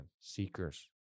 seekers